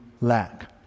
lack